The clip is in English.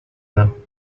now